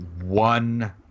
one